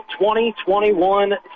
2021